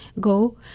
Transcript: go